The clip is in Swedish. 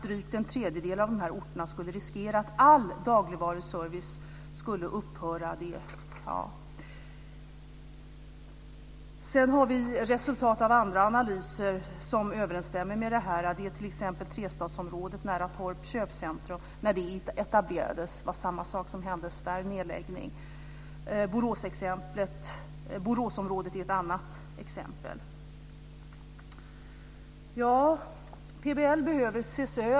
Drygt en tredjedel av de här orterna skulle riskera att all dagligvaruservice skulle upphöra. Sedan har vi resultat av andra analyser som överensstämmer med det här. Det gäller t.ex. Trestadsområdet nära Torps köpcentrum. När det etablerades hände samma sak där - nedläggning. Boråsområdet är ett annat exempel.